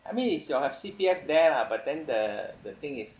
I mean it's your have C_P_F there lah but then the the thing is